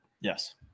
Yes